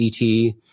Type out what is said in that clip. ET